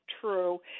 true